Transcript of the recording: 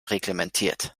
reglementiert